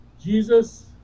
Jesus